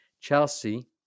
Chelsea